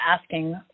asking